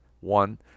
One